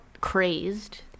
crazed